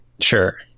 Sure